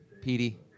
Petey